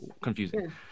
confusing